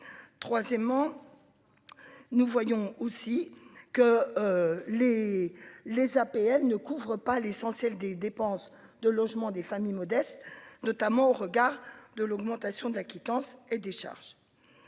Troisièmement. Nous voyons aussi que. Les les APL ne couvre pas l'essentiel des dépenses de logement des familles modestes, notamment au regard de l'augmentation de la quittance et des charges.